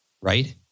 right